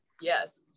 Yes